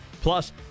Plus